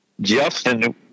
Justin